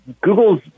Google's